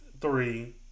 three